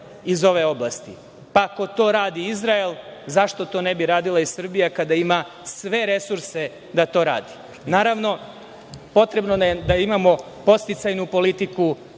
iz ove oblasti. Ako to radi Izrael zašto to ne bi radila i Srbija kada ima sve resurse da to radi? Naravno, potrebno je da imamo podsticajnu politiku,